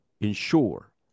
ensure